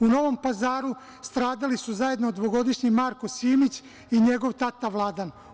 U Novom Pazaru stradali su zajedno dvogodišnji Marko Silić i njegov tata Vladan.